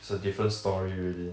it's a different story already